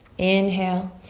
inhale.